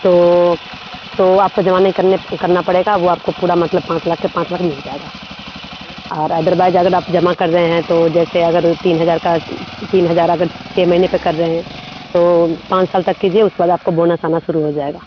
तो तो आपको जमा नहीं करने करना पड़ेगा वह आपको पूरा मतलब पाँच लाख के पाँच लाख मिल जाएगा और अदरवाइज अगर आप जमा कर रहें हैं तो जैसे अगर तीन हज़ार का तीन हज़ार अगर छः महीने पर कर रहे हैं तो पाँच साल तक कीजिए उसके बाद आपको बोनस आना शुरू हो जाएगा